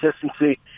consistency